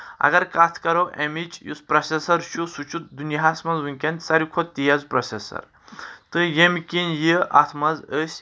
اگر کتھ کرو امِچ یُس پروسیسر چھُ سُہ چھُ دُنیاہس منٛز وٕنکؠن ساروی کھۄتہٕ تیز پروسیسر تہٕ ییٚمہِ کِنۍ یہِ اتھ منٛز أسۍ